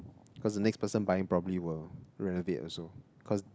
cause next person buying probably would renovate also cause